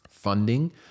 funding